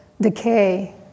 decay